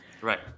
right